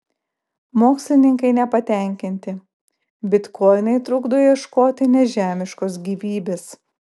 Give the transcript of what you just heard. mokslininkai nepatenkinti bitkoinai trukdo ieškoti nežemiškos gyvybės